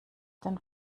den